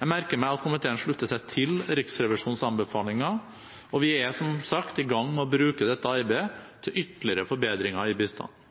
Jeg merker meg at komiteen slutter seg til Riksrevisjonens anbefalinger. Vi er som sagt i gang med å bruke dette arbeidet til ytterligere forbedringer i bistanden.